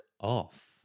off